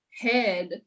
head